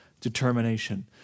determination